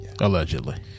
allegedly